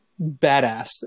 badass